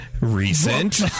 recent